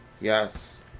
Yes